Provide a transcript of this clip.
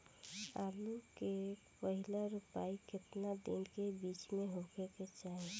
आलू क पहिला रोपाई केतना दिन के बिच में होखे के चाही?